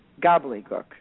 gobbledygook